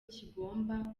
kigomba